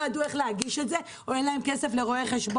ידעו איך להגיש את זה או שאין להם כסף לרואה חשבון,